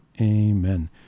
Amen